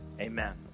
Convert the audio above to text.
Amen